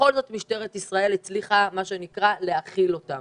ובכל זאת משטרת ישראל הצליחה להכיל אותן.